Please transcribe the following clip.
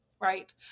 right